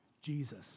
Jesus